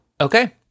Okay